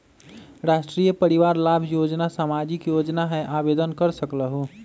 राष्ट्रीय परिवार लाभ योजना सामाजिक योजना है आवेदन कर सकलहु?